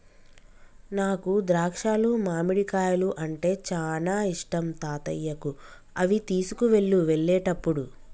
నాకు ద్రాక్షాలు మామిడికాయలు అంటే చానా ఇష్టం తాతయ్యకు అవి తీసుకువెళ్ళు వెళ్ళేటప్పుడు